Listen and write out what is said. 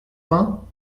vingt